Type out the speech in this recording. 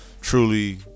Truly